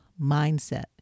mindset